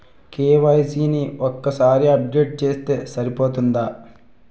KYC ని ఒక్కసారి update చేస్తే సరిపోతుందా?